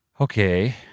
Okay